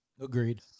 Agreed